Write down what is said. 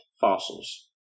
fossils